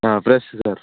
ಹಾಂ fresh sir